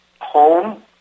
home